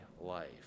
life